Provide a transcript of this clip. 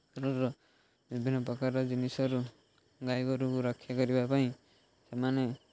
ର ବିଭିନ୍ନପ୍ରକାର ଜିନିଷରୁ ଗାଈ ଗୋରୁକୁ ରକ୍ଷା କରିବା ପାଇଁ ସେମାନେ